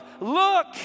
look